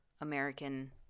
American